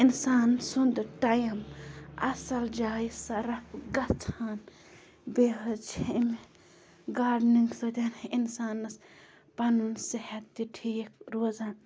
اِنسان سُنٛد ٹایِم اَصٕل جایہِ صَرَف گژھان بیٚیہِ حظ چھِ اَمہِ گاڈنِنٛگ سۭتۍ اِنسانَس پَنُن صحت تہِ ٹھیٖک روزان